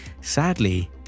sadly